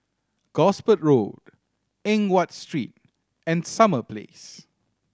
Gosport Road Eng Watt Street and Summer Place